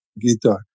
guitar